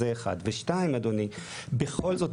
ב׳- בכל זאת,